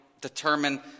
determine